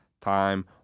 time